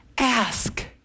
Ask